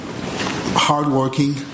hardworking